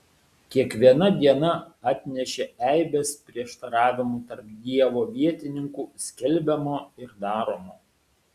kiekviena diena atnešė eibes prieštaravimų tarp dievo vietininkų skelbiamo ir daromo